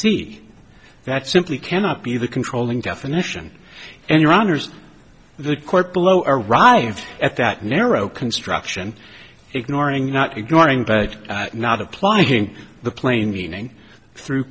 see that simply cannot be the controlling definition and your honour's the court below arrived at that narrow construction ignoring not ignoring but not applying the plain meaning through